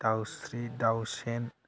दावस्रि दावसेन